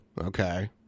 Okay